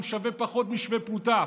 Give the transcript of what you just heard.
שהוא שווה פחות משווה פרוטה,